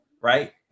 right